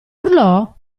urlò